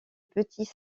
petits